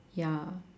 ya